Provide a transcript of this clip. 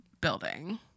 Building